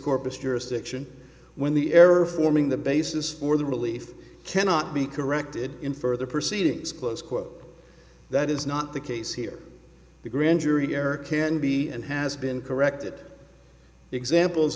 corpus jurisdiction when the error forming the basis for the relief cannot be corrected in further proceedings close quote that is not the case here the grand jury error can be and has been corrected examples